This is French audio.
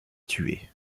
tué